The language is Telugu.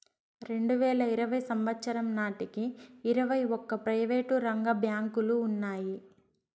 రెండువేల ఇరవై సంవచ్చరం నాటికి ఇరవై ఒక్క ప్రైవేటు రంగ బ్యాంకులు ఉన్నాయి